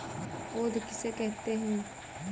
पौध किसे कहते हैं?